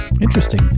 Interesting